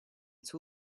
two